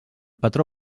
patró